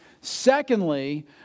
Secondly